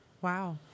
wow